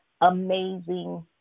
amazing